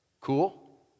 Cool